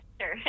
Sure